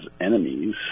enemies